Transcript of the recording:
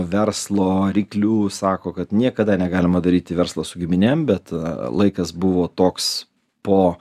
verslo ryklių sako kad niekada negalima daryti verslo su giminėm bet laikas buvo toks po